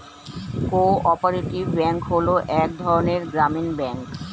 co operative bank হলো এক ধরনের গ্রামীণ ব্যাঙ্ক